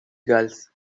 gulls